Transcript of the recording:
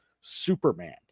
Superman